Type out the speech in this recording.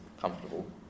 comfortable